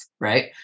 right